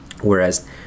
Whereas